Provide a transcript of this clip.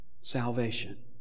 salvation